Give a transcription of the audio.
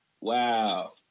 Wow